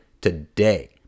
today